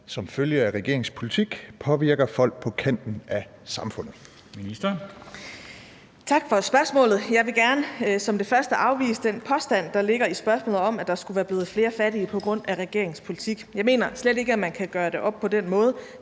og ældreministeren (Astrid Krag): Tak for spørgsmålet. Jeg vil gerne som det første afvise den påstand, der ligger i spørgsmålet, om, at der skulle være blevet flere fattige på grund af regeringens politik. Jeg mener slet ikke, at man kan gøre det op på den måde.